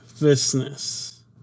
business